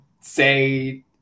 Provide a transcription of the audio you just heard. say